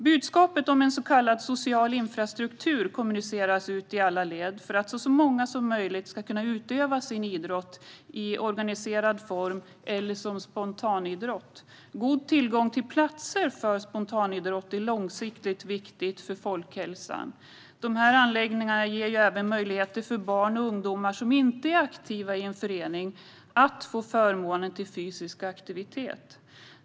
Budskapet om en så kallad social infrastruktur kommuniceras ut i alla led för att så många som möjligt ska kunna utöva sin idrott i organiserad form eller som spontanidrott. God tillgång till platser för spontanidrott är långsiktigt viktigt för folkhälsan. Anläggningarna ger även möjligheter för barn och ungdomar som inte är aktiva i en förening att få förmånen fysisk aktivitet.